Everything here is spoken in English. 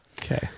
Okay